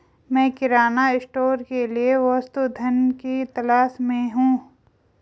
मैं किराना स्टोर के लिए वस्तु धन की तलाश में हूं